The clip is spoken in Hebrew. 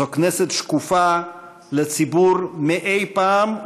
זו כנסת שקופה לציבור יותר מאי-פעם,